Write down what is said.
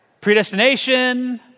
predestination